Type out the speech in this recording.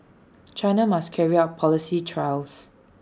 China must carry out policy trials